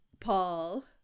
paul